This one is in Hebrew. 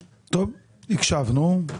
הקשבנו.